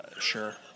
sure